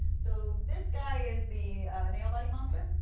so this guy is the nail biting monster.